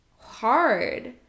hard